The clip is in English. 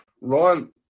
Ryan